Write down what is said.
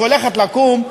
שהולכת לקום,